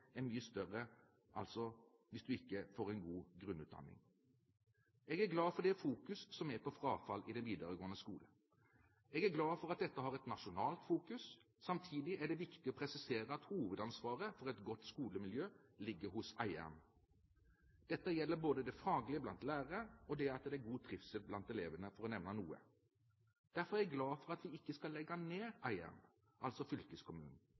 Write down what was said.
er mye større hvis du ikke får en god grunnutdanning. Jeg er glad for den fokuseringen som er på frafall i den videregående skole. Jeg er glad for at dette har et nasjonalt fokus. Samtidig er det viktig å presisere at hovedansvaret for et godt skolemiljø ligger hos eieren. Dette gjelder både det faglige blant lærere og at det er god trivsel blant elevene, for å nevne noe. Derfor er jeg glad for at vi ikke skal legge ned eieren, fylkeskommunen.